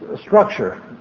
structure